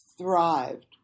thrived